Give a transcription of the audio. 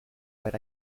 but